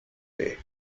day